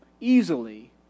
easily